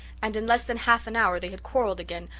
and in less than half an hour they had quarrelled again,